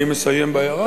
אני מסיים בהערה.